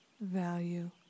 value